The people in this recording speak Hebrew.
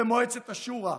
במועצת השורא.